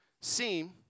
seem